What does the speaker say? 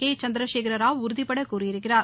K Chandrasekhar Rao உறுதிபட கூறியிருக்கிறார்